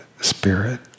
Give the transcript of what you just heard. spirit